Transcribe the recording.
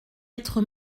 être